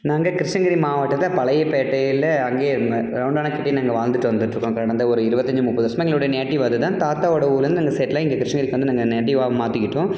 நாங்கள் கிருஷ்ணகிரி மாவட்டத்தில் பழைய பேட்டையில் அங்கேயே இருந்தேன் ரவுண்டானா கிட்டயே நாங்கள் வாழ்ந்துட்டு வந்துகிட்டுருக்கோம் கடந்த ஒரு இருபத்தஞ்சு முப்பது வருஷமாக எங்களுடைய நேட்டிவ் அது தான் தாத்தாவோடய ஊரிலேருந்து நாங்கள் செட்டில் ஆகி இங்கே கிருஷ்ணகிரிக்கு வந்து நாங்கள் நேட்டிவாக மாற்றிக்கிட்டோம்